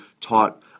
taught